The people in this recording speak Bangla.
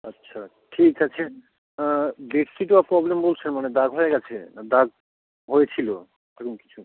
আচ্ছা ঠিক আছে বেড শিটে প্রবলেম বলছেন মানে দাগ হয়ে গেছে না দাগ হয়েছিলো এরম কিছু